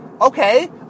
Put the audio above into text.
Okay